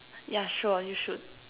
yeah sure you should